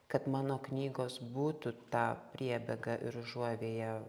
kad mano knygos būtų ta priebėga ir užuovėja